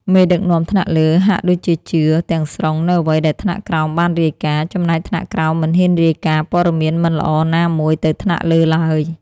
មេដឹកនាំថ្នាក់លើហាក់ដូចជាជឿ ទាំងស្រុងនូវអ្វីដែលថ្នាក់ក្រោមបានរាយការណ៍ ចំណែកថ្នាក់ក្រោមមិនហ៊ានរាយការណ៍ព័ត៌មានមិនល្អណាមួយទៅថ្នាក់លើឡើយ។